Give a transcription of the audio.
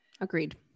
Agreed